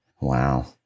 Wow